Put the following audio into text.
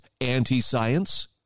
anti-science